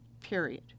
period